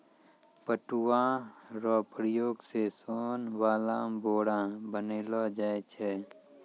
पटुआ रो प्रयोग से सोन वाला बोरा बनैलो जाय छै